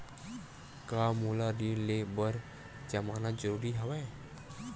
का मोला ऋण ले बर जमानत जरूरी हवय?